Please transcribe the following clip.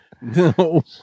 No